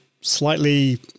slightly